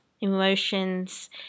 emotions